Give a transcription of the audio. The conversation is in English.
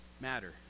matter